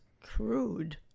crude